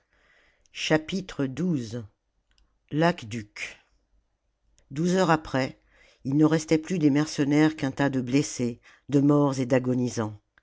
rebondissant xii l'aqueduc douze heures après il ne restait plus des mercenaires qu'un tas de blessés de morts et